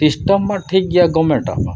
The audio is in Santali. ᱥᱤᱥᱴᱚᱢ ᱢᱟ ᱴᱷᱤᱠ ᱜᱮᱭᱟ ᱜᱚᱢᱢᱮᱱᱴᱟᱜ ᱢᱟ